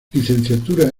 licenciatura